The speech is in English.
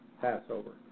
Passover